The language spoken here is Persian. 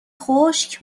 خشک